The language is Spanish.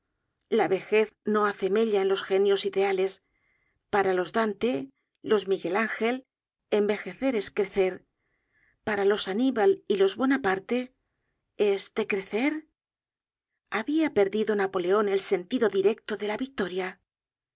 la vejez no hace mella en los genios ideales para los dante los miguel angel envejecer es crecer para los aníbal y los bonaparte es decrecer habia perdido napoleon el sentido directo de la victoria